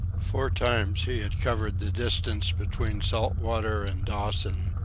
four times he had covered the distance between salt water and dawson,